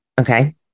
Okay